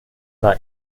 war